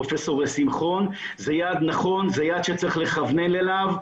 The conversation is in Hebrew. זה יעד שצריך לכוון אליו.